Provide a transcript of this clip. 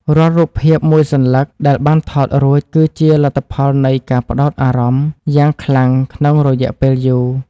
រាល់រូបភាពមួយសន្លឹកដែលបានថតរួចគឺជាលទ្ធផលនៃការផ្ដោតអារម្មណ៍យ៉ាងខ្លាំងក្នុងរយៈពេលយូរ។